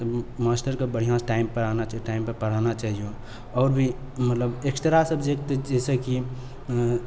तऽ मास्टरके बढ़िआँसँ टाइमपर आना चाहिए टाइमपर पढ़ाना चाहिए आओर भी मतलब एक्स्ट्रा सब्जेक्ट जैसे कि